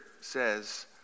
says